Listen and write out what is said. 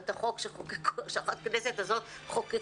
את החוק שהכנסת הזאת חוקקה,